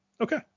okay